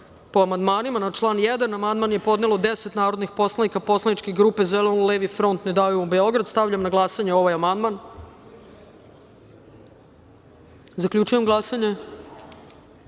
po amandmanima. Na član 1. amandman je podnelo 10 narodnih poslanika Poslaničke grupe Zeleno-levi front – Ne davimo Beograd. Stavljam na glasanje ovaj amandman. Zaključujem glasanje: